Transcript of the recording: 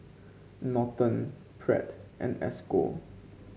Norton Pratt and Esco